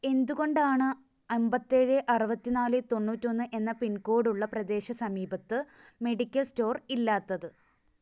എന്തുകൊണ്ടാണ് അൻപത്തേഴ് അറുപത്തി നാല് തൊണ്ണൂറ്റൊന്ന് എന്ന പിൻകോഡുള്ള പ്രദേശ സമീപത്ത് മെഡിക്കൽ സ്റ്റോർ ഇല്ലാത്തത്